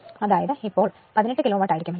അതായത് അപ്പോൾ 18 kilowatt ആയിരികുമലോ